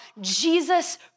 Jesus